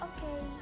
Okay